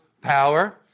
power